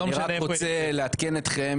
אני רק רוצה לעדכן אתכם,